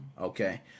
Okay